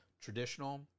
traditional